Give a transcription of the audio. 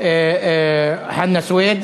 אין נמנעים.